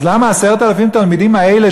אז למה 10,000 התלמידים האלה,